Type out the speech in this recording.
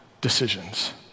decisions